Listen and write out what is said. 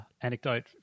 anecdote